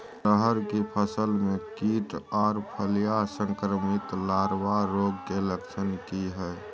रहर की फसल मे कीट आर फलियां संक्रमित लार्वा रोग के लक्षण की हय?